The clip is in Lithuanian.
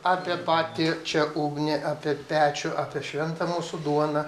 apie patį čia ugnį apie pečių apie šventą mūsų duoną